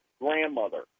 grandmother